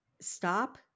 stop